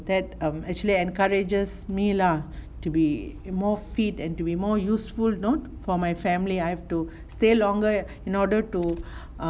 that um actually encourages me lah to be more fit and to be more useful not for my family I have to stay longer in order to err